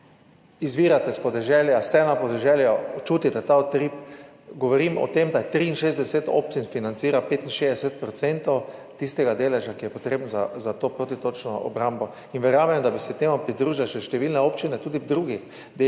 izvirate s podeželja, ste na podeželju, čutite ta utrip. Govorim o tem, da 63 občin financira 65 % tistega deleža, ki je potreben za to protitočno obrambo. Verjamem, da bi se temu pridružile še številne občine tudi v drugih delih,